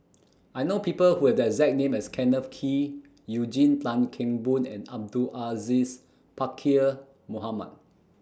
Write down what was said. I know People Who Have that exact name as Kenneth Kee Eugene Tan Kheng Boon and Abdul Aziz Pakkeer Mohamed